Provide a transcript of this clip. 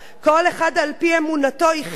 כל אחד על-פי אמונתו יחיה,